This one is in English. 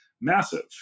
Massive